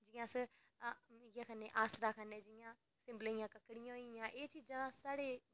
जि'यां अस आसरा खन्ने जि'यां अस सिबंलै दियां ककड़ियां होई गेइयां एह् चीजां साढ़े